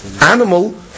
animal